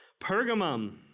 Pergamum